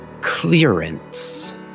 clearance